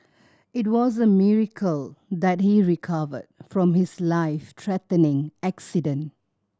it was a miracle that he recovered from his life threatening accident